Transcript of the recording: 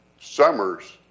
Summers